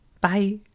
bye